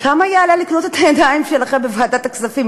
כמה יעלה לקנות את הידיים שלכם בוועדת הכספים?